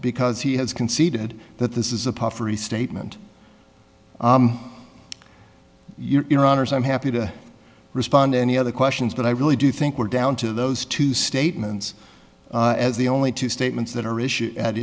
because he has conceded that this is a puffery statement you're runners i'm happy to respond any other questions but i really do think we're down to those two statements as the only two statements that are issued at